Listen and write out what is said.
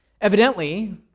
Evidently